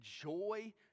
joy